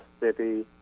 Mississippi